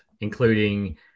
including